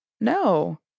No